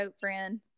friend